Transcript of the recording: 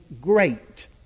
great